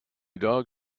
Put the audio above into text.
dog